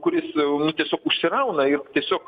kuris nu tiesiog užsirauna ir tiesiog